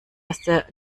erste